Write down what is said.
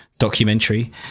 documentary